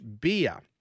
beer